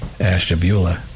Ashtabula